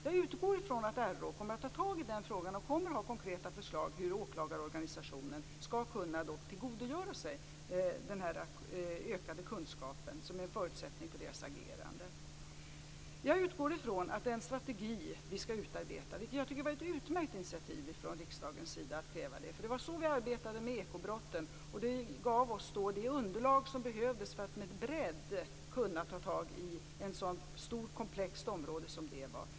Jag utgår från att RÅ kommer att ta tag i den här frågan och kommer att ha konkreta förslag på hur åklagarorganisationen skall kunna tillgodogöra sig den ökade kunskap som är en förutsättning för åklagarnas agerande. Vi skall nu utarbeta en strategi, och jag tycker att det var ett utmärkt initiativ från riksdagens sida att kräva detta. Det var så vi arbetade med ekobrotten, och det gav oss det underlag som behövdes för att med bredd kunna ta tag i ett sådant stort och komplext område.